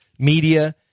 Media